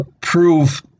prove